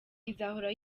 izahora